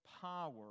power